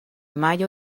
mayo